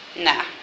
Nah